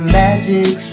magic